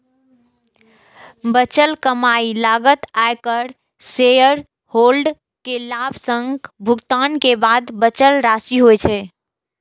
बचल कमाइ लागत, आयकर, शेयरहोल्डर कें लाभांशक भुगतान के बाद बचल राशि होइ छै